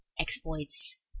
exploits